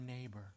neighbor